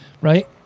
right